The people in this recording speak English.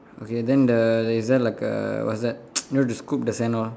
okay then the is there like a what's that you know the scoop the sand one